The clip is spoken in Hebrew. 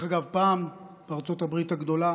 דרך אגב, פעם, בארצות הברית הגדולה